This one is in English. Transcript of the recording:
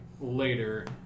later